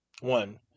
One